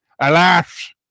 alas